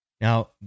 Now